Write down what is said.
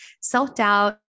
self-doubt